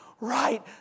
Right